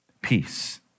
peace